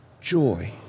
joy